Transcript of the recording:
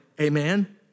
Amen